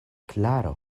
klaro